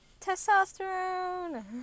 Testosterone